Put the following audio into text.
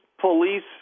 police